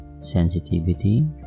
sensitivity